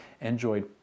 enjoyed